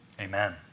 Amen